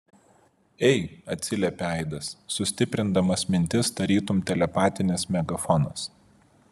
ei atsiliepė aidas sustiprindamas mintis tarytum telepatinis megafonas